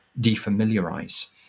defamiliarize